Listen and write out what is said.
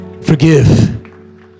Forgive